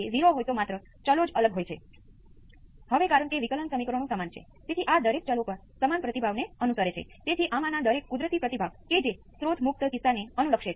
આ V p exponential j ω t ϕ ના ઇનપુટને લાગુ કરવા સમાન છે અને તેનો પ્રતિભાવ છે હવે આનો ઉકેલ હું પહેલેથી જ જાણું છું